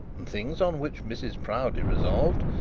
and things on which mrs proudie resolved,